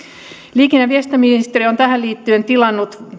liikenne ja viestintäministeriö on tähän liittyen tilannut